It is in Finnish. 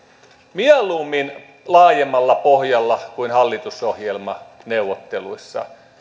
mieluummin laajemmalla pohjalla kuin hallitusohjelmaneuvotteluissa